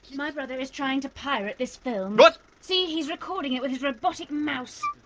my brother is trying to pirate this film. what? see? he's recording it with his robotic mouse.